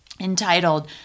entitled